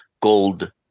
gold